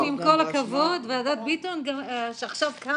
ועדת ביטון, עם כל הכבוד, שעכשיו קמה,